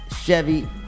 Chevy